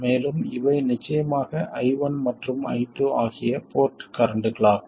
மேலும் இவை நிச்சயமாக i1 மற்றும் i2 ஆகிய போர்ட் கரண்ட்களாகும்